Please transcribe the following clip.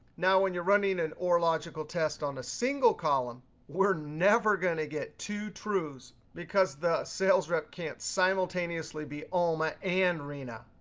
now, when you're running and or logical test on a single column, column, we're never going to get two trues, because the sales rep can't simultaneously be alma and rina.